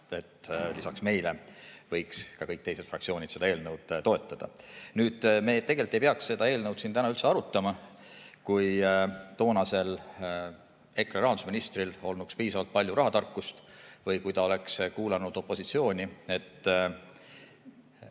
et lisaks meile võiks ka kõik teised fraktsioonid seda eelnõu toetada. Nüüd, me tegelikult ei peaks seda eelnõu siin täna üldse arutama, kui toonasel EKRE rahandusministril olnuks piisavalt palju rahatarkust või kui ta oleks kuulanud opositsiooni, et